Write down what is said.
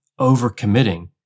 overcommitting